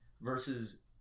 Versus